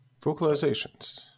Vocalizations